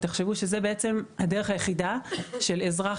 תחשבו שזאת בעצם הדרך היחידה של אזרח